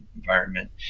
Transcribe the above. environment